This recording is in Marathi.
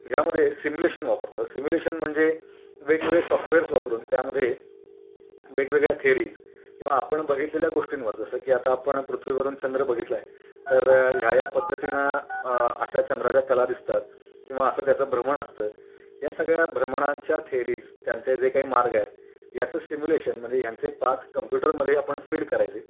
ह्यामध्ये सिम्यलेशन वापरतात सिम्युलेशन म्हणजे वेगवेगळे सॉफ्टवेअर्स वापरून त्यामध्ये वेगवेगळ्या थेरीज किंवा आपण बघितलेल्या गोष्टींवर जसं की आता आपण पृथ्वीवरून चंद्र बघितला आहे तर ह्या ह्या पद्धतीनं अशा चंद्राच्या कला दिसतात किंवा असं त्याचं भ्रमण असतं या सगळ्या भ्रमणांच्या थेरीज त्यांचे जे काही मार्ग आहेत याचं सिम्युलेशन म्हणजे ह्यांचे पाथ कम्प्युटरमध्ये आपण फीड करायचे